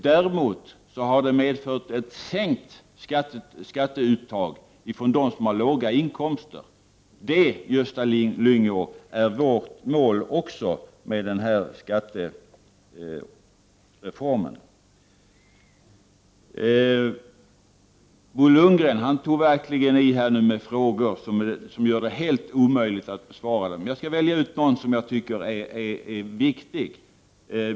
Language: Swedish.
Däremot har det medfört sänkt skatteuttag för de som har låga inkomster. Det, Gösta Lyngå, är också vårt mål med den här skattereformen. Bo Lundgren tog verkligen i med frågor, vilket gör det helt omöjligt för mig att besvara dem alla. Jag skall välja ut någon som jag tycker är viktig.